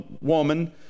woman